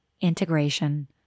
integration